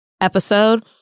episode